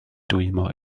dwymo